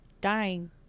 dying